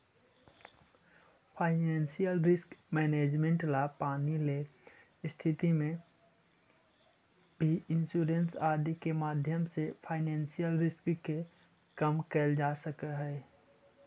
financial risk management ला पानी ले स्थिति में भी इंश्योरेंस आदि के माध्यम से फाइनेंशियल रिस्क के कम कैल जा सकऽ हई